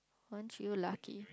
weren't you lucky